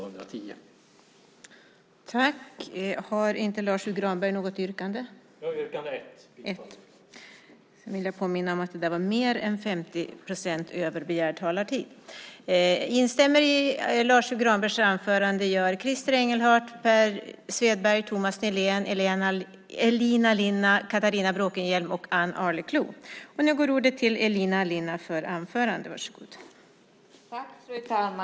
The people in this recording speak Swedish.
Jag yrkar bifall till reservation 1.